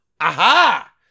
Aha